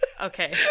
Okay